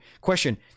Question